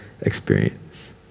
experience